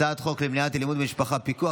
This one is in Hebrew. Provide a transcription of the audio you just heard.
הצעת חוק למניעת אלימות במשפחה (פיקוח